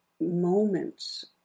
moments